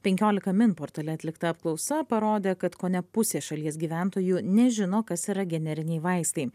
penkiolika min portale atlikta apklausa parodė kad kone pusė šalies gyventojų nežino kas yra generiniai vaistai